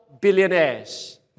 billionaires